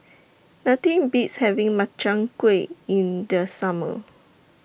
Nothing Beats having Makchang Gui in The Summer